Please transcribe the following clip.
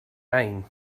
maine